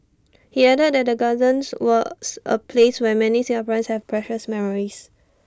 he added that the gardens was A place where many Singaporeans have precious memories